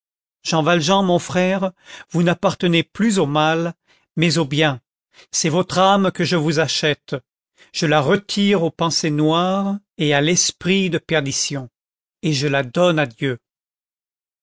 jean valjean mon frère vous n'appartenez plus au mal mais au bien c'est votre âme que je vous achète je la retire aux pensées noires et à l'esprit de perdition et je la donne à dieu